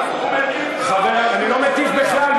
הוא מטיף, אני לא מטיף בכלל.